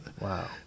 Wow